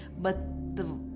but the